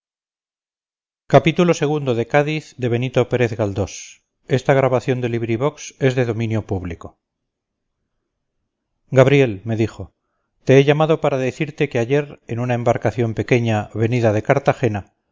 ii gabriel me dijo te he llamado para decirte que ayer en una embarcación pequeña venida de cartagena